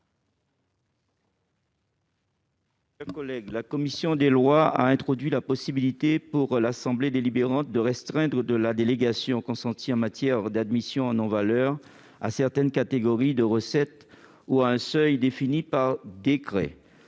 La commission des lois a introduit la possibilité, pour l'assemblée délibérante, de restreindre la délégation consentie en matière d'admission en non-valeur à certaines catégories de recettes ou à un seuil défini par décret.